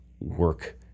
work